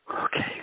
Okay